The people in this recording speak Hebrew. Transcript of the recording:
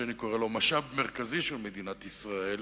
שאני קורא לו משאב מרכזי של מדינת ישראל,